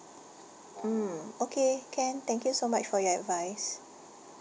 mm okay can thank you so much for your advice